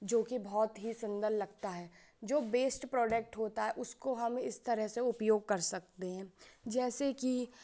जोकि बहुत ही सुन्दर लगता है जो वेस्ट प्रोडक्ट होता है उसको हम इस तरह से उपयोग कर सकते हैं जैसे कि